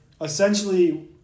essentially